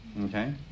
Okay